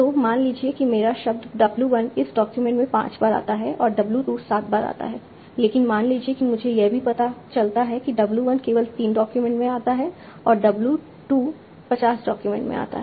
तो मान लीजिए कि मेरा शब्द w 1 इस डॉक्यूमेंट में 5 बार आता है और w 2 सात बार आता है लेकिन मान लीजिए कि मुझे यह भी पता चलता है कि w 1 केवल 3 डॉक्यूमेंट में आता है और w 2 50 डॉक्यूमेंट में आता है